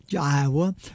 Iowa